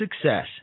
success